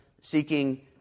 seeking